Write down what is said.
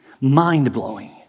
Mind-blowing